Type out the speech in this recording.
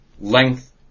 length